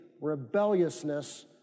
rebelliousness